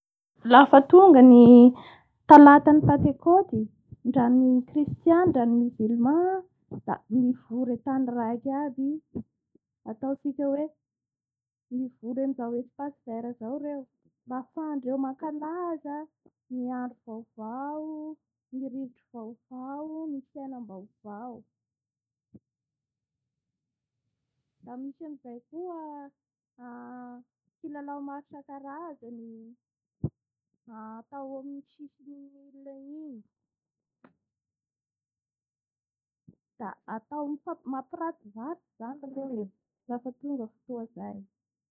Lafa tonga ny ataata ny panthecoty ndra ny kristiany ndra ny musuman mivory anatany raiky aby ataontsika hoe, mivory amin'ny izao espace vet zao reo mba afahandreo manakaaza ny andro vaovao ny rivotsy vaovao ony fiegnam-baovao da misy anizay koa aa kiaao maro isankarzany atao amin'ny sisisn'ny NIL igny.